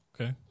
Okay